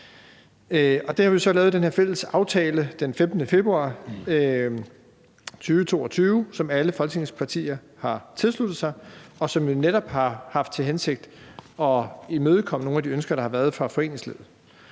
Der har vi så lavet den her fælles aftale den 15. februar 2022, som alle Folketingets partier har tilsluttet sig, og som jo netop har haft til hensigt at imødekomme nogle af de ønsker, der har været fra foreningslivet.